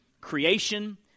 creation